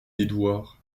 édouard